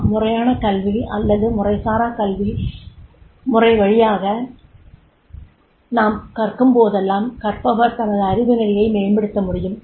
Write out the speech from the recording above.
ஆம் முறையான கல்வி முறை அல்லது முறைசாரா கல்வி முறை வழியாக நாம் கற்கும்போதெல்லாம் கற்பவர் தனது அறிவு நிலையை மேம்படுத்த முடியும்